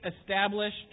established